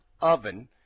oven